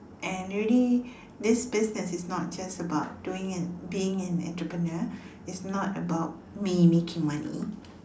and really this business is not just about doing an being an entrepreneur it's not about me making money